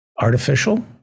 artificial